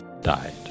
died